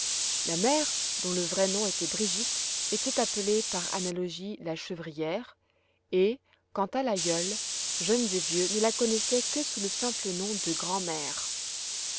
la mère dont le vrai nom était brigitte était appelée par analogie la chevrière et quant à l'aïeule jeunes et vieux ne la connaissaient que sous le simple nom de grand'mère